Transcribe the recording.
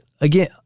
again